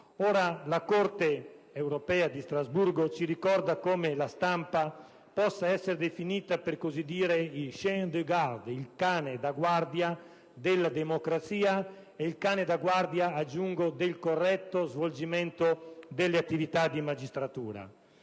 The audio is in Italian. Ora, la Corte europea di Strasburgo ci ricorda come la stampa possa essere definita per così dire il *chien de garde*, ossia il cane da guardia della democrazia e - aggiungo io - del corretto svolgimento delle attività della magistratura.